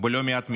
בלא מעט מדינות,